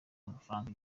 amafaranga